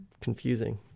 confusing